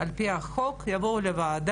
על פי החוק, שהתקנות יבואו לוועדה